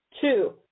Two